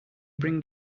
bring